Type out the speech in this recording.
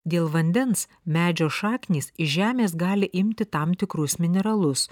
dėl vandens medžio šaknys iš žemės gali imti tam tikrus mineralus